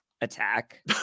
attack